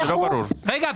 רגע.